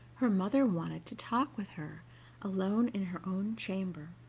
her mother wanted to talk with her alone in her own chamber.